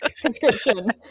Prescription